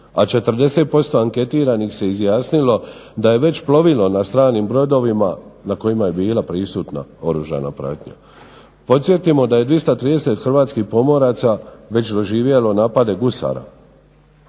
a 40% anketiranih se izjasnilo da je već plovilo na stranim brodovima na kojima je bila prisutna oružana pratnja. Podsjetimo da je 230 hrvatskih pomoraca već doživjelo napade gusara.